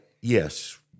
yes